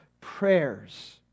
prayers